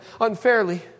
unfairly